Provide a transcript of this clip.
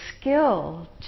skill